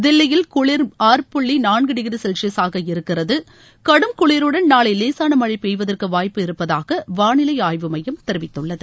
தில்லியில் குளிர் ஆறு புள்ளி நான்கு டிகிரி செல்சியஸாக இருக்கிறது கடும் குளிருடன் நாளை லேசான மழை பெய்வதற்கு வாய்ப்பு இருப்பதாக வாளிலை ஆய்வு மையம் தெரிவித்துள்ளது